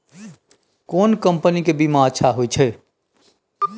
केना कंपनी के बीमा अच्छा होय छै?